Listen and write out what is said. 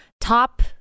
top